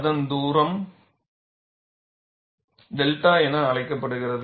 அந்த தூரம் 𝛅 என அழைக்கப்படுகிறது